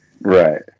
Right